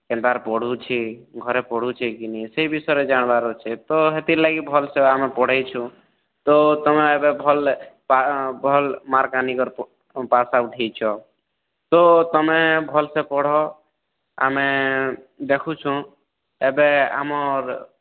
କେନ୍ତା ପଢ଼ୁଛି ଘରେ ପଢ଼ୁଛି କି ନାଇଁ ସେ ବିଷୟରେ ଜାଣିବାର ଅଛି ତ ହେତିର୍ଲାଗି ଭଲ୍ସେ ଆମେ ପଢ଼େଇଛୁ ତ ତମେ ଏବେ ଭଲ୍ ପାଠ୍ ଭଲ୍ ମାର୍କ ଆନିକରି ପାସ୍ଆଉଟ୍ ହେଇଛ ତ ତୁମେ ଭଲ୍ସେ ପଢ଼ ଆମେ ଦେଖୁଛୁଁ ଏବେ ଆମର୍